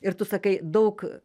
ir tu sakai daug